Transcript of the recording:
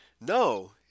No